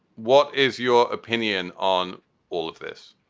what is your opinion on all of this?